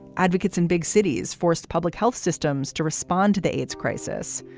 advocates in big cities forced public health systems to respond to the aids crisis.